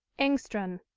engstrand.